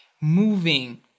moving